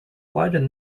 widen